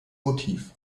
motiv